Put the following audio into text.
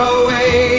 away